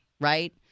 right